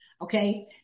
Okay